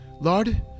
lord